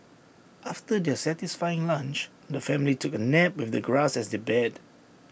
after their satisfying lunch the family took A nap with the grass as their bed